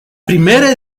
primera